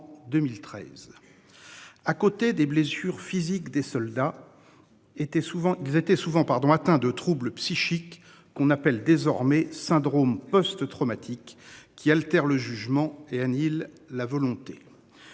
À côté des blessures physiques des soldats. Étaient souvent ils étaient souvent pardon atteint de troubles psychiques qu'on appelle désormais syndrome post-traumatique qui altère le jugement et annihile la volonté.